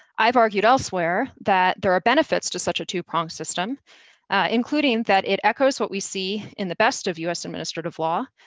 i've argued elsewhere that there are benefits to such a two-prong system including that it echoes what we see in the best of u s. administrative law,